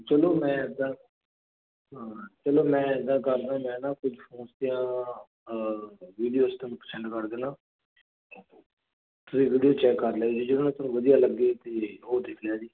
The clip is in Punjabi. ਚਲੋ ਮੈਂ ਇਦਾਂ ਚਲੋ ਮੈਂ ਇਦਾਂ ਕਰਦਾ ਮੈਂ ਨਾ ਕੁਝ ਫੋਨ ਤੇ ਵੀਡੀਓ ਸੈਂਡ ਕਰ ਦੇਣਾ ਤੁਸੀਂ ਵੀਡੀਓ ਚੈੱਕ ਕਰ ਲਿਓ ਜੇ ਆਪਾਂ ਵਧੀਆ ਲੱਗੇ ਤੇ ਉਹ ਦੇਖ ਲਿਓ ਜੀ